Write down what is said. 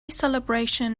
celebration